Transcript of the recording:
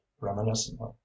reminiscently